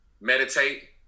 meditate